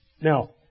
now